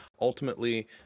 ultimately